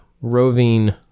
roving